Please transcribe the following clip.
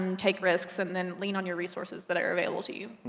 um take risks and then, lean on your resources that are available to you.